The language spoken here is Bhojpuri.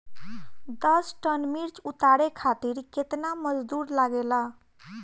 दस टन मिर्च उतारे खातीर केतना मजदुर लागेला?